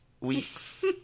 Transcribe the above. Weeks